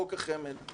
חוק החמ"ד,